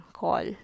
call